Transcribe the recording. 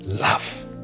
love